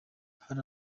hari